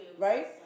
right